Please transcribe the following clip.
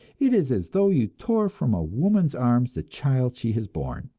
it is as though you tore from a woman's arms the child she has borne.